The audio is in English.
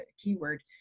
keyword